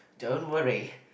don't worry